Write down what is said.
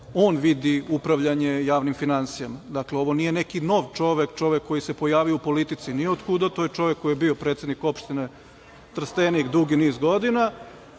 on vidi upravljanje javnim finansijama. Dakle, ovo nije neki nov čovek, čovek koji se pojavio u politici niotkuda, to je čovek koji je bio predsednik Opštine Trstenik dugi niz godina,